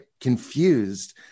confused